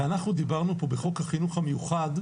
הרי אנחנו דיברנו פה בחוק החינוך המיוחד,